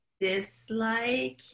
dislike